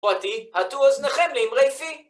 תּוֹרָתִי הַטּוּ אָזְנְכֶם לְאִמְרֵי פִי